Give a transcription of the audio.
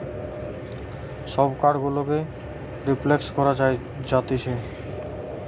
সব কার্ড গুলোকেই রিপ্লেস করা যাতিছে